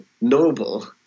noble